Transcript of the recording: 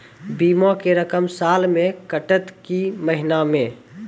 बीमा के रकम साल मे कटत कि महीना मे?